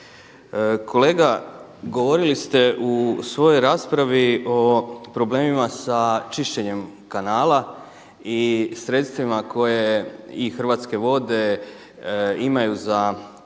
Kolega, govorili ste u svojoj raspravi o problemima sa čišćenjem kanala i sredstvima koje i Hrvatske vode imaju za tu namjenu